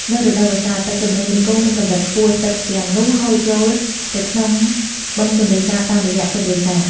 នៅរដូវវស្សា ទឹកទន្លេមេគង្គមានកម្រិតខ្ពស់ ទឹកទាំងនោះហូរចូលទៅក្នុងបឹងទន្លេសាបតាមរយៈទន្លេសាប។